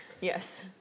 Yes